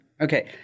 Okay